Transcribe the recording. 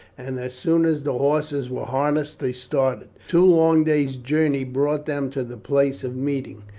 and as soon as the horses were harnessed they started. two long days' journey brought them to the place of meeting.